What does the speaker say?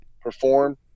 perform